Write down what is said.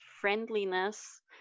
friendliness